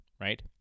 right